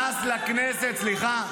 סליחה.